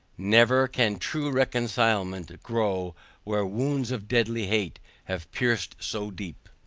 never can true reconcilement grow where wounds of deadly hate have pierced so deep.